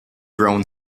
brown